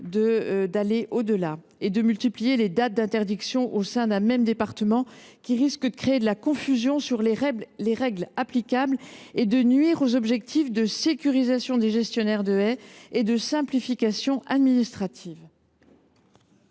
d’aller au delà ni de multiplier les dates d’interdiction au sein d’un même département. Cela risquerait de créer une confusion en matière de règles applicables et de nuire aux objectifs de sécurisation des gestionnaires et propriétaires de haies et de simplification administrative.